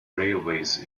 railways